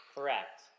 Correct